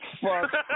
Fuck